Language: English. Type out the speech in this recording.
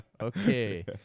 Okay